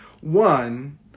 One